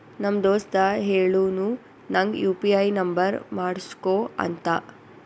ನಮ್ ದೋಸ್ತ ಹೇಳುನು ನಂಗ್ ಯು ಪಿ ಐ ನುಂಬರ್ ಮಾಡುಸ್ಗೊ ಅಂತ